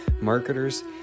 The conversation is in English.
marketers